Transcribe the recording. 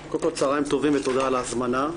קודם כל צוהריים טובים ותודה על ההזמנה.